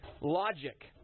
Logic